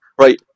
Right